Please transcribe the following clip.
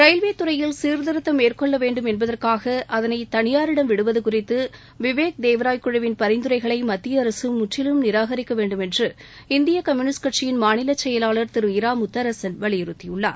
railway துறையில் சீர்திருத்தம் மேற்கொள்ள வேண்டும் என்பதற்காக அதனை தனியாரிடம் விடுவது குறித்து விவேக் தேவ்ராய் குழுவின் பரிந்துரர்களை மத்திய அரசு முற்றிலும் நிரானிக்க வேண்டுமென்று இந்திய கம்யுனிட் கட்சியின் மாநில செயலாளர் திரு இரா முத்தரசன் வலியுறத்தியுள்ளார்